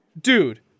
Dude